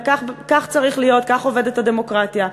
וכך צריך להיות, כך עובדת הדמוקרטיה.